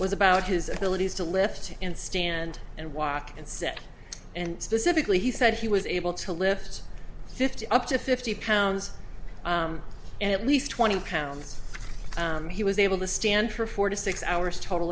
was about his abilities to lift and stand and walk and sit and specifically he said he was able to lift fifty up to fifty pounds and at least twenty pounds he was able to stand for four to six hours total